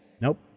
Nope